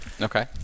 Okay